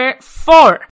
four